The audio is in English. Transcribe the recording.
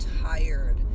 tired